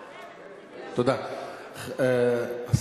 תודה, אדוני.